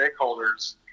stakeholders